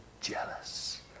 jealous